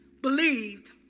believed